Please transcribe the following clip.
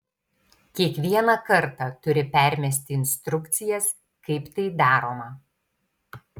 kiekvieną kartą turi permesti instrukcijas kaip tai daroma